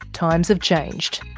times have changed.